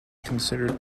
considered